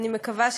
תודה רבה.